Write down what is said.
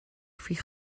faoi